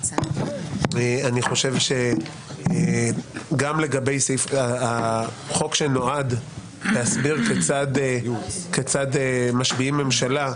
אני חושב שגם לגבי סעיף החוק שנועד להסביר כיצד משביעים ממשלה,